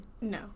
No